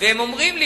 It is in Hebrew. הם אומרים לי,